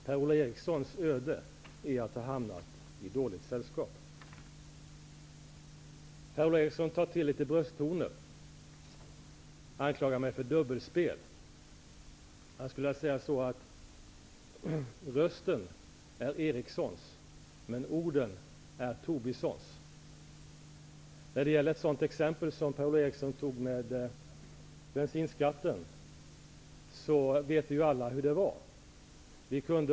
Per-Ola Erikssons öde är att han har hamnat i dåligt sällskap. Per-Ola Eriksson tar till brösttoner. Han anklagar mig för dubbelspel. Rösten är Erikssons, men orden är Tobissons. När det gäller bensinskatten vet ju alla hur det var.